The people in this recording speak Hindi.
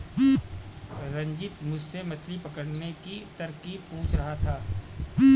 रंजित मुझसे मछली पकड़ने की तरकीब पूछ रहा था